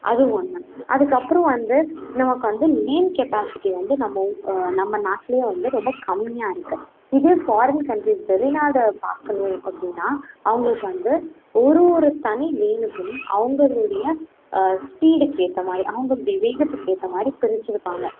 அது ஒன்று அதுக்கப்பறம் வந்து நமக்கு வந்து லேன் கேப்பாசிட்டி வந்து நம்ம ஊ நம்ம நாட்டிலயே வந்து ரொம்ப கம்மியாக இருக்குது இதே ஃபாரின் கண்ட்ரிஸ் வெளிநாடு பார்க்கணும் அப்படினா அவங்களுக்கு வந்து ஒரு ஒரு தனி லேனுக்குமே அவங்களுடைய ஸ்பீடுக்கு ஏற்ற மாதிரி அவங்களுடைய வேகத்துக்கு ஏற்ற மாதிரி பிரித்திருப்பாங்க